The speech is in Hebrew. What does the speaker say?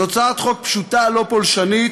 זו הצעת חוק פשוטה, לא פולשנית.